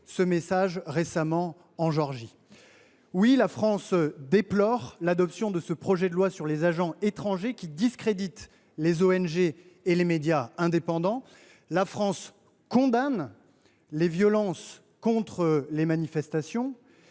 ce message en Géorgie. Oui, la France déplore l’adoption de ce projet de loi, qui discrédite les ONG et les médias indépendants. La France condamne les violences contre les manifestations